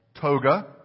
toga